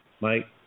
Mike